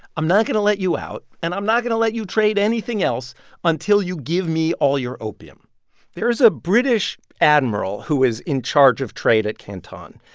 i'm not going to let you out, and i'm not going to let you trade anything else until you give me all your opium there is a british admiral who is in charge of trade at canton.